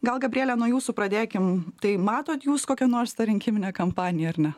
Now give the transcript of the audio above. gal gabriele nuo jūsų pradėkim tai matot jūs kokią nors tą rinkiminę kampaniją ar ne